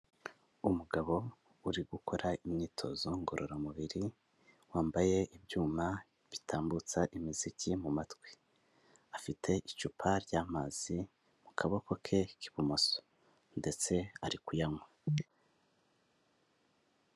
Umugabo uri gukora imyitozo ngororamubiri, wambaye ibyuma bitambutsa imiziki mu matwi. Afite icupa ry'amazi mu kaboko ke k'ibumoso. Ndetse ari kuyanywa.